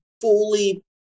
fully